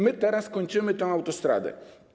My teraz kończymy tę autostradę.